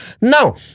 Now